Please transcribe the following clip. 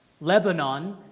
Lebanon